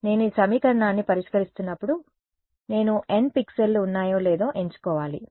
నేను ఈ సమీకరణాన్ని పరిష్కరిస్తున్నప్పుడు నేను n పిక్సెల్లు ఉన్నాయో లేదో ఎంచుకోవాలి